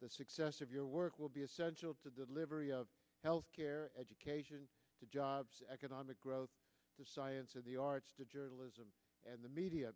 the success of your work will be essential to delivery of health care education to jobs economic growth the science of the arts to journalism and the media